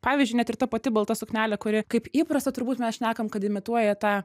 pavyzdžiui net ir ta pati balta suknelė kuri kaip įprasta turbūt mes šnekam kad imituoja tą